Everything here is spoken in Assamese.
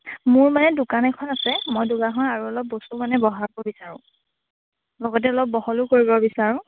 মোৰ মানে দোকান এখন আছে মই দোকানখনৰ আৰু অলপ বস্তু মানে বঢ়াব বিচাৰোঁ লগতে অলপ বহলো কৰিব বিচাৰোঁ